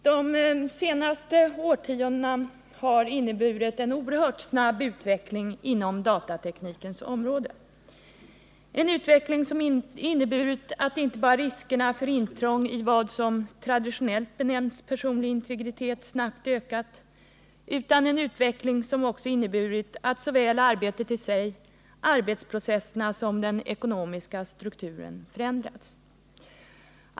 Herr talman! De senaste årtiondena har inneburit en oerhört snabb utveckling inom datateknikens område, en utveckling som inneburit inte bara att riskerna för intrång i vad som traditionellt benämnts personlig integritet snabbt ökat, utan också att så väl arbetet i sig, arbetsprocesserna som den ekonomiska strukturen snabbt förändrats.